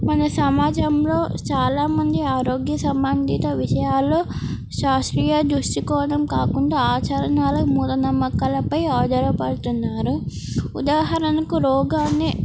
మన సమాజంలో చాలామంది ఆరోగ్య సంబంధిత విషయాల్లో శాస్త్రీయ దృష్టికోణం కాకుండా ఆచారాలకు మూఢనమ్మకాలపై ఆధారపడుతున్నారు ఉదాహరణకు రోగాన్ని